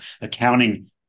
Accounting